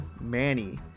Manny